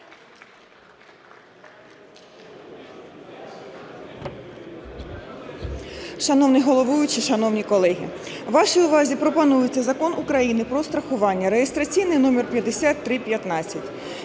Шановний головуючий, шановні колеги, вашій увазі пропонується Закон України про страхування (реєстраційний номер 5315),